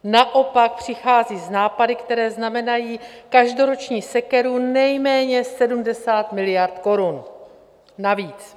Naopak přichází s nápady, které znamenají každoroční sekeru nejméně 70 miliard korun navíc.